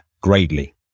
greatly